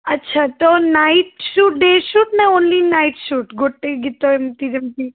ଆଚ୍ଛା ତ night shoot day shoot ନା ଓନ୍ଲି ନାଇଟ୍ ସୁଟ୍ ଗୋଟେ ଗୀତ ଏମିତି ସେମିତି